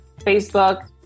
Facebook